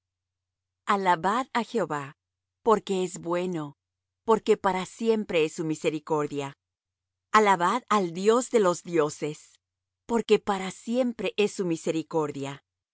alabad á jehová porque es bueno porque para siempre es su misericordia alabad al dios de los dioses porque para siempre es su misericordia